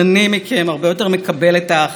הרבה יותר בוטח במוסדות המדינה.